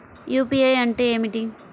UPI అంటే ఏమిటి?